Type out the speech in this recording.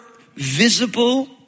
visible